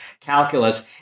calculus